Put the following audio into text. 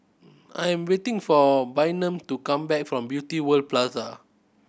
I am waiting for Bynum to come back from Beauty World Plaza